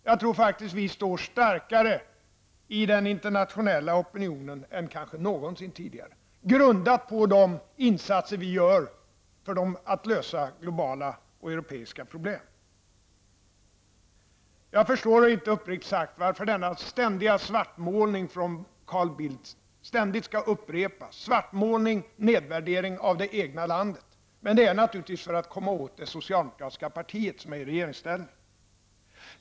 Jag tror faktiskt att vi står starkare i den internationella opinionen än kanske någonsin tidigare, beroende på de insatser vi gör för att lösa globala och europeiska problem. Jag förstår uppriktigt sagt inte att denna svartmålning och nedvärdering av det egna landet från Carl Bildt ständigt upprepas. Han gör det naturligtvis för att komma åt det socialdemokratiska partiet, som sitter i regeringsställning.